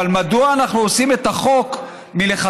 אבל מדוע אנחנו עושים את החוק מלכתחילה